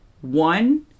One